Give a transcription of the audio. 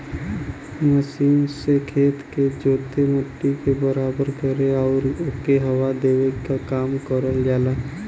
machine से खेत के जोते, मट्टी के बराबर करे आउर ओके हवा देवे क काम करल जाला